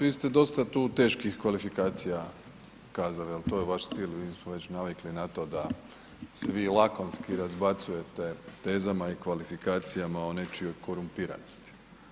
Vi ste dosta tu teških kvalifikacija kazali, ali to je vaš stil, mi smo već navikli na to da se vi lakomski razbacujete tezama i kvalifikacijama o nečijoj korumpiranosti.